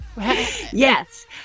Yes